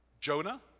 Jonah